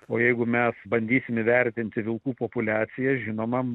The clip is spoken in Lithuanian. o jeigu mes bandysim įvertinti vilkų populiaciją žinoma